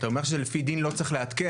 אתה אומר שלפי דין לא צריך לעדכן,